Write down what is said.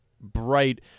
bright